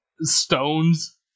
stones